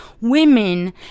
women